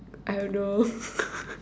I don't know